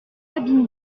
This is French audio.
sabine